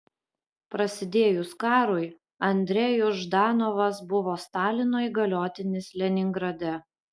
prasidėjus karui andrejus ždanovas buvo stalino įgaliotinis leningrade